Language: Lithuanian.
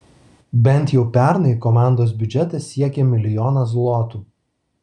bent jau pernai komandos biudžetas siekė milijoną zlotų